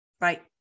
Right